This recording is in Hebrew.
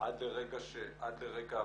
עד לרגע הביצוע.